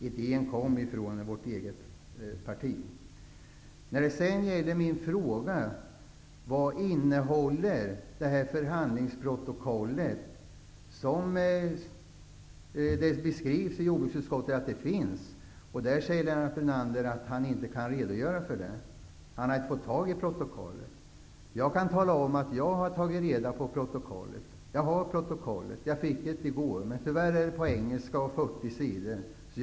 Idén kom alltså från vårt parti. Som svar på min fråga vad det aktuella förhandlingsprotokoll innehåller som enligt jordbruksutskottets beskrivning finns, säger Lennart Brunander att han inte kan redogöra för det. Han har inte fått tag i protokollet. Men jag kan tala om att jag har tagit reda på vad protokollet handlar om. Jag har ett exemplar som jag fick i går. Tyvärr är protokollet, som omfattar 40 sidor, skrivet på engelska.